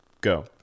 go